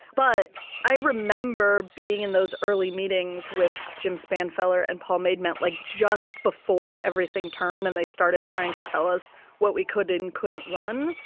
but i remember being in those early meetings with jim spann feller and paul maidment like just before everything turned and they started trying to tell us what we could and couldn't run.